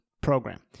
program